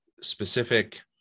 specific